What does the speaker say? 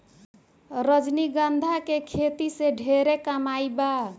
रजनीगंधा के खेती से ढेरे कमाई बा